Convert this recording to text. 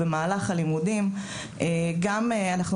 לכן רציתי להבין על איזה מספר אנחנו מדברים.